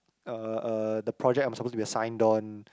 uh uh the project I'm supposed to be assigned on